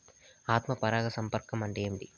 ఆత్మ పరాగ సంపర్కం అంటే ఏంటి?